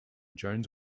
jones